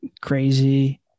crazy